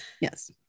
Yes